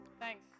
Thanks